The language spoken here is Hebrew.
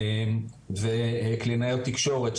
קלינאיות תקשורת,